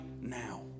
now